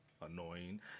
annoying